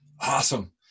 Awesome